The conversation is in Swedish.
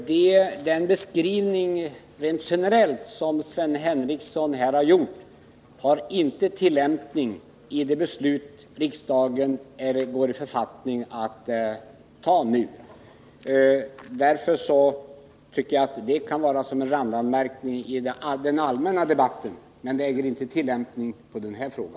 Herr talman! Den beskrivning som Sven Henricsson här rent generellt har gjort kan inte tillämpas på det beslut som riksdagen nu står i begrepp att fatta. Den utgör en randanmärkning i den allmänna debatten men äger inte tillämpning på denna fråga.